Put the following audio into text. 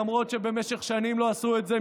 למרות שבמשך שנים לא עשו את זה,